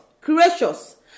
gracious